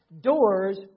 Doors